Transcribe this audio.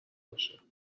باشه